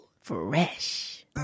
fresh